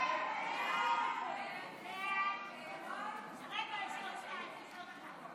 לוועדה את הצעת חוק הדחת